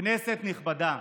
כנסת נכבדה,